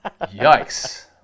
yikes